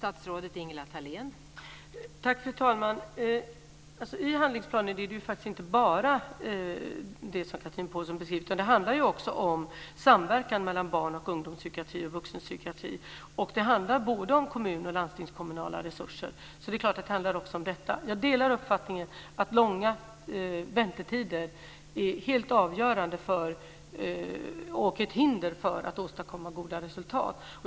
Fru talman! Handlingsplanen handlar ju inte bara om det som Chatrine Pålsson beskriver, utan också om samverkan mellan barn och ungdomspsykiatri och vuxenpsykiatri. Det handlar både om kommunoch landstingskommunala resurser. Jag delar uppfattningen att långa väntetider är ett hinder för goda resultat.